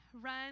run